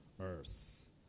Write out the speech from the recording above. earth